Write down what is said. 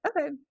okay